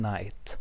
Night